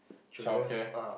childcare